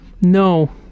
No